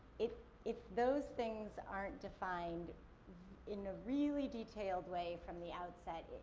if if those things aren't defined in a really detailed way from the outset,